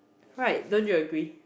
right don't you agree